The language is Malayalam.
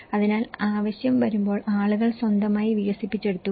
അതിനാൽ ആവശ്യം വരുമ്പോൾ ആളുകൾ സ്വന്തമായി വികസിപ്പിച്ചെടുത്തു